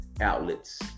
outlets